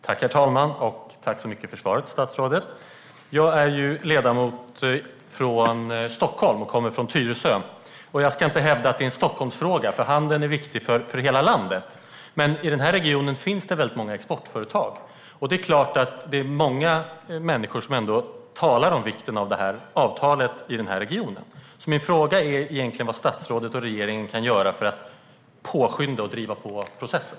Herr talman! Tack så mycket för svaret, statsrådet! Jag är ju ledamot från Tyresö i Stockholm, och jag ska inte hävda att detta är en Stockholmsfråga; handeln är viktig för hela landet. Men i denna region finns det väldigt många exportföretag, och det är klart att många människor ändå talar om vikten av detta avtal här i regionen. Min fråga är egentligen vad statsrådet och regeringen kan göra för att påskynda och driva på processen.